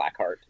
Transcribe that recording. Blackheart